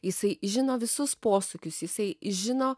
jisai žino visus posūkius jisai žino